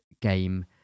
game